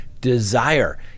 desire